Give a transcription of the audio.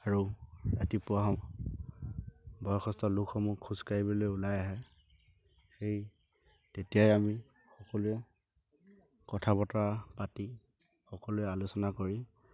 আৰু ৰাতিপুৱা বয়সস্থ লোকসমূহ খোজাকাঢ়িবলৈ ওলাই আহে সেই তেতিয়াই আমি সকলোৱে কথা বতৰা পাতি সকলোৱে আলোচনা কৰি